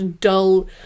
dull